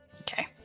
Okay